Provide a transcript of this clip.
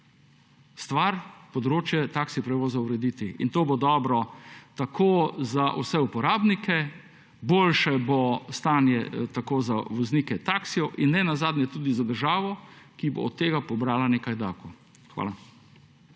Stvar področja je taksi prevoze urediti in to bo dobro tako za vse uporabnike, boljše bo stanje tako za voznike taksije in nenazadnje tudi za državo, ki bo od tega pobrala nekaj davkov. Hvala.